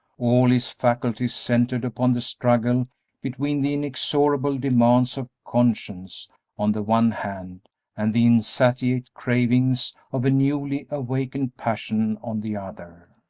all his faculties centred upon the struggle between the inexorable demands of conscience on the one hand and the insatiate cravings of a newly awakened passion on the other.